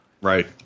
Right